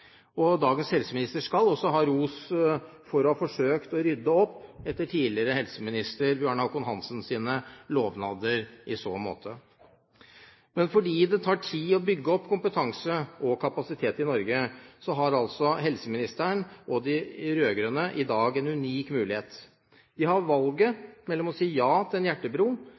av. Dagens helseminister skal også ha ros for å ha forsøkt å rydde opp etter tidligere helseminister Bjarne Håkon Hanssens lovnader i så måte. Men fordi det tar tid å bygge opp kompetanse og kapasitet i Norge, har altså helseministeren og de rød-grønne i dag en unik mulighet. De har valget mellom å si ja til en hjertebro